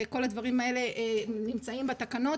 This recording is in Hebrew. כל הדברים האלה נמצאים בתקנות.